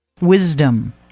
wisdom